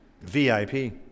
VIP